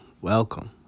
welcome